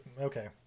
okay